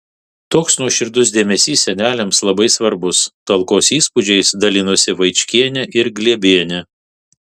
toks nuoširdus dėmesys seneliams labai svarbus talkos įspūdžiais dalinosi vaičkienė ir glėbienė